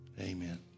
Amen